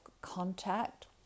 contact